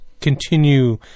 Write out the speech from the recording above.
continue